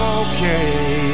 okay